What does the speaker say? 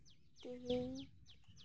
ᱛᱮᱦᱤᱧ